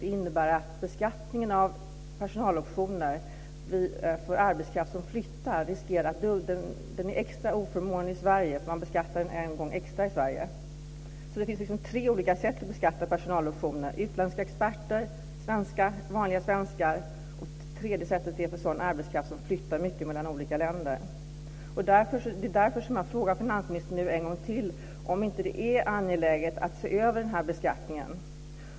Det innebär att beskattningen av personaloptioner för den arbetskraft som flyttar utomlands är extra oförmånlig i Sverige, eftersom optionen beskattas en gång extra här. Det finns alltså tre olika sätt att beskatta personaloptioner, och det gäller utländska experter, vanliga svenskar och sådan arbetskraft som flyttar mycket mellan olika länder. Det är därför som jag frågar finansministern ytterligare en gång om det inte är angeläget att se över denna beskattning.